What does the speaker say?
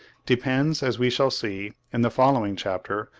depends, as we shall see in the following chapter,